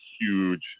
huge